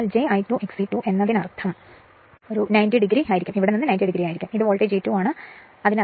അതിനാൽ j I2 XE2 എന്നതിനർത്ഥം ഇത് ഇവിടെ നിന്ന് ഇവിടെ നിന്ന് 90 o ആയിരിക്കും ഇത് വോൾട്ടേജ് E2 ആണ് ഇത് is ആണ്